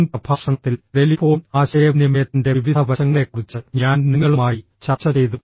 മുൻ പ്രഭാഷണത്തിൽ ടെലിഫോൺ ആശയവിനിമയത്തിന്റെ വിവിധ വശങ്ങളെക്കുറിച്ച് ഞാൻ നിങ്ങളുമായി ചർച്ച ചെയ്തു